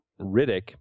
Riddick